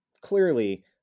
clearly